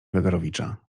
wagarowicza